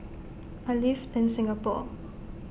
I live in Singapore